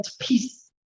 peace